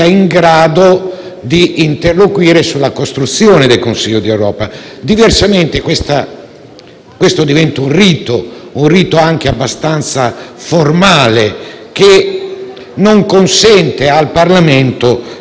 questo diventa un rito, anche abbastanza formale, che non consente al Parlamento di svolgere fino in fondo la propria funzione. I tempi a mia disposizione,